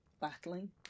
battling